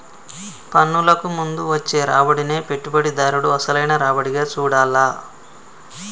పన్నులకు ముందు వచ్చే రాబడినే పెట్టుబడిదారుడు అసలైన రాబడిగా చూడాల్ల